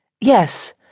Yes